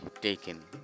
taken